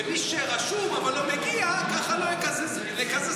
ומי שרשום אבל לא מגיע, ככה נקזז את הכספים.